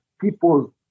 people